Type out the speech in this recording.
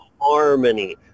harmony